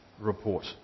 report